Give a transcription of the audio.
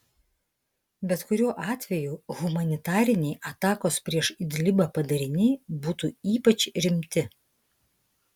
bet kuriuo atveju humanitariniai atakos prieš idlibą padariniai būtų ypač rimti